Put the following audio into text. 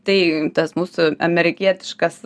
tai tas mūsų amerikietiškas